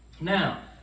Now